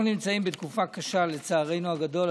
אנחנו נמצאים בתקופה קשה, לצערנו הגדול.